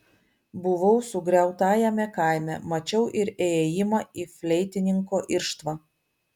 buvau sugriautajame kaime mačiau ir įėjimą į fleitininko irštvą